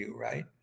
right